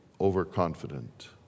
overconfident